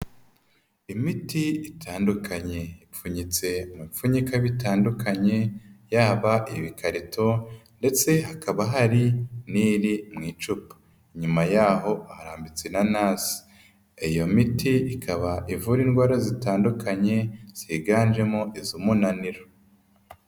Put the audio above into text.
Imiti itandukanye ipfunyitse mu bipfunyika bitandukanye yaba ibikarito ndetse hakaba hari n'iri mu icupa, inyuma yaho harambitse inanasi, iyo miti ikaba ivura indwara zitandukanye ziganjemo iz'umunaniro.